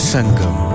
Sangam